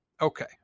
Okay